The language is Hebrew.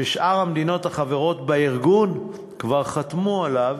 ששאר המדינות החברות בארגון כבר חתמו עליו,